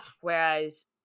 Whereas